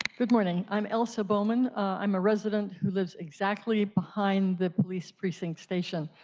good morning. i'm also bowman. i'm a resident who lives exactly behind the police precinct station.